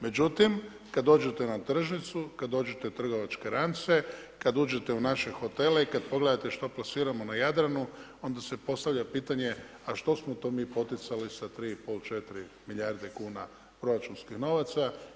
Međutim, kad dođete na tržnicu, kad dođete u trgovačke lance, kad uđete u naše hotele i kad pogledate što plasiramo na Jadranu, onda se postavlja pitanje a što smo mi to poticali sa 3 i pol 4 milijarde kuna proračunskih novaca?